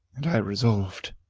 and i resolved